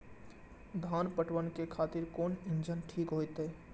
धान पटवन के खातिर कोन इंजन ठीक होते?